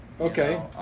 okay